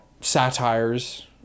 satires